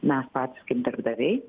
mes patys kaip darbdaviai